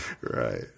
right